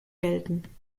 gelten